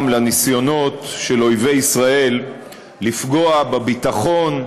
לניסיונות של אויבי ישראל לפגוע בביטחון,